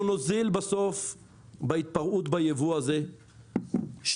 אנחנו נוזיל בסוף בהתפרעות בייבוא הזה שניים,